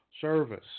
service